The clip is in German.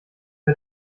mir